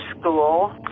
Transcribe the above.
school